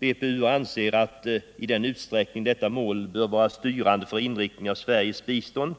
BPU anser att i den utsträckning detta mål bör vara styrande för inriktningen av Sveriges bistånd,